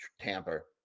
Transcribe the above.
tamper